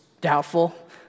doubtful